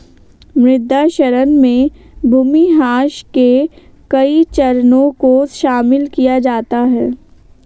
मृदा क्षरण में भूमिह्रास के कई चरणों को शामिल किया जाता है